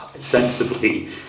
sensibly